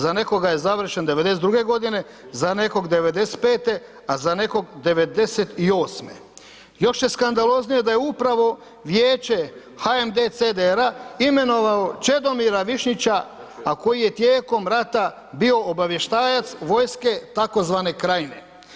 Za nekoga je završen 92. godine, za nekoga 95., a za nekoga 98.“ Još je skandaloznije da je upravo Vijeće HMDCDR-a imenovao Čedomira Višnjića a koji je tijekom rata bio obavještajac vojske tzv. Krajine.